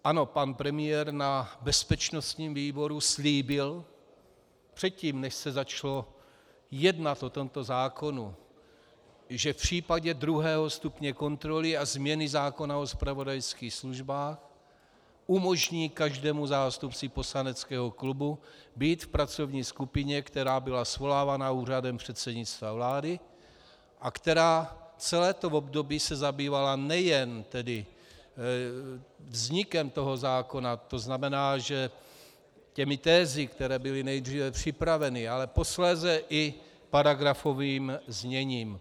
Ano, pan premiér na bezpečnostním výboru slíbil předtím, než se začalo jednat o tomto zákonu, že v případě druhého stupně kontroly a změny zákona o zpravodajských službách umožní každému zástupci poslaneckého klubu být v pracovní skupině, která byla svolávána úřadem předsednictva vlády a celé to období se zabývala nejen vznikem toho zákona, to znamená těmi tezemi, které byly nejdříve připraveny, ale posléze i paragrafovým zněním.